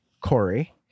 Corey